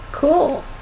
Cool